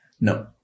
No